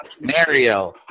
Mario